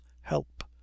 help